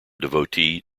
devotee